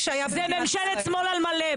זאת ממשלת שמאל על מלא.